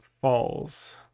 falls